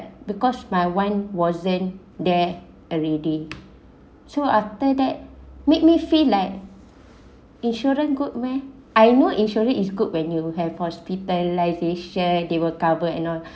because my [one] wasn't there already so after that made me feel like insurance good meh I know insurance is good when you have hospitalisation they will cover and all